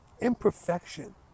Imperfection